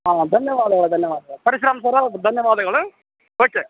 ಹಾಂ ಧನ್ಯವಾದಗಳು ಧನ್ಯವಾದ ಪರಶುರಾಮ್ ಸರ್ ಧನ್ಯವಾದಗಳು ಓಕೆ